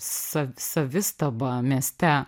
savi savistaba mieste